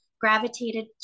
gravitated